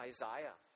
Isaiah